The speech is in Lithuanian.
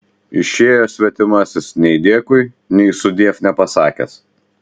išėjo svetimasis nei dėkui nei sudiev nepasakęs